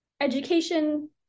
education